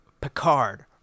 picard